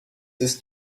ist